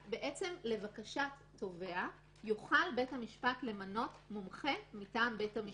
שלבקשת תובע יוכל בית המשפט למנות מומחה מטעם בית המשפט.